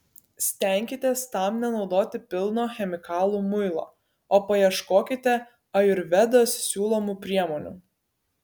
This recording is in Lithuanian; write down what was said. stenkitės tam nenaudoti pilno chemikalų muilo o paieškokite ajurvedos siūlomų priemonių